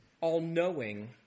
all-knowing